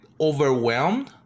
overwhelmed